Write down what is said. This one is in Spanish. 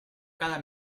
cada